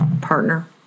partner